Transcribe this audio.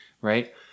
right